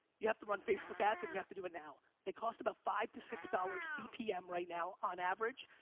you have to run facebook ads and you have to do it now. they cost about five to six dollars cpm right now. on average,